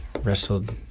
wrestled